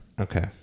Okay